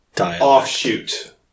offshoot